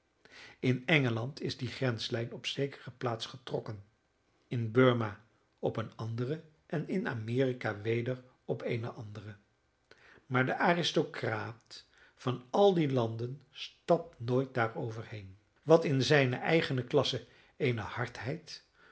in engeland is die grenslijn op zekere plaats getrokken in birma op eene andere en in amerika weder op eene andere maar de aristocraat van al die landen stapt nooit daarover heen wat in zijne eigene klasse eene hardheid